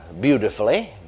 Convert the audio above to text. beautifully